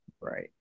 Right